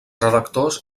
redactors